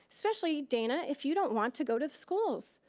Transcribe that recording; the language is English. especially dana if you don't want to go to schools.